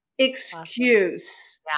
Excuse